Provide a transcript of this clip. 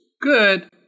good